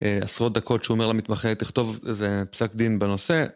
עשרות דקות שאומר למתמחה, תכתוב איזה פסק דין בנושא.